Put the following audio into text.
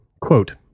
quote